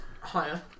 higher